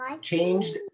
changed